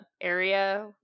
area